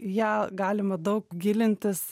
į ją galima daug gilintis